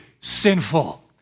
sinful